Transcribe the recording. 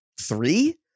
three